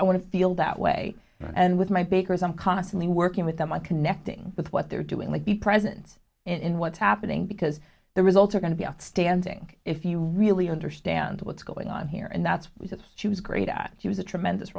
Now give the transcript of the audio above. to feel that way and with my bakers i'm constantly working with them i connecting with what they're doing to be present in what's happening because the results are going to be outstanding if you really understand what's going on here and that's what she was great at she was a tremendous